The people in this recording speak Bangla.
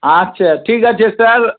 আচ্ছা ঠিক আছে স্যার